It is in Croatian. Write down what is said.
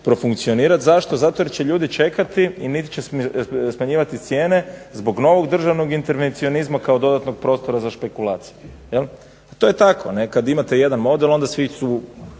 profunkcionirati. Zašto? Zato jer će ljudi čekati i niti će smanjivati cijene zbog novog državnog intervencionizma kao dodatnog prostora za špekulaciju, jel. To je tako kada imate jedna model onda su svi